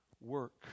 work